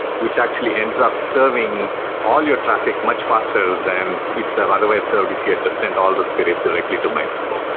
which actually ends up serving all your traffic much faster than it would have otherwise served if you had just sent all those queries directly to mysql.